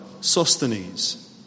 Sosthenes